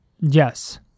Yes